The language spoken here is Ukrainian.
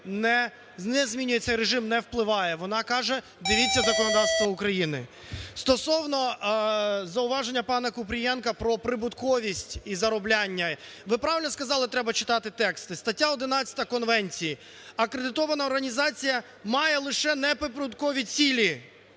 не змінює цей режим, не впливає, вона каже: "Дивіться законодавство України". Стосовно зауваження пана Купрієнка про прибутковість і заробляння. Ви правильно сказали, треба читати тексти. Стаття 11-а конвенції: "Акредитована організація має лише неприбуткові цілі".